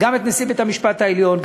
גם את נשיא בית-המשפט העליון,